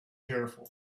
careful